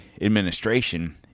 administration